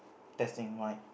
testing mic